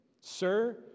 sir